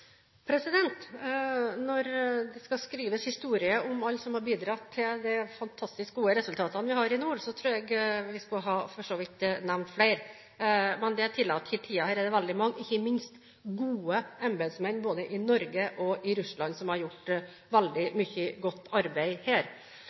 Når det skal skrives historie om alle som har bidratt til de fantastisk gode resultatene vi har i nord, tror jeg for så vidt vi skulle nevnt flere, men det tillater ikke tiden her i dag. Det er ikke minst veldig mange gode embetsmenn både i Norge og Russland som har gjort veldig